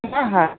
हा हा